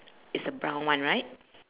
it's a brown one right